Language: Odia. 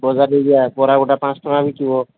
ବରା ବରା ଗୋଟେ ପାଞ୍ଚ ଟଙ୍କା ବିକିବ